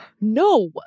No